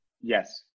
Yes